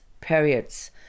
periods